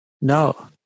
no